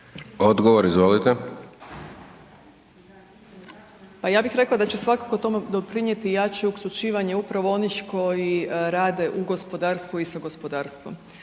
Žigman, Nataša** Pa ja bih rekla da će svakako to doprinijeti jače uključivanje upravo onih koji rade u gospodarstvu i sa gospodarstvom.